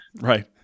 Right